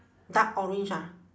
dark orange ah